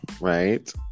right